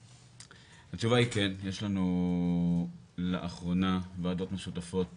יש לנו לאחרונה ועדות משותפות